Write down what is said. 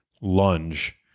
lunge